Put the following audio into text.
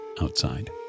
outside